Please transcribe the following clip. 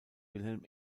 wilhelm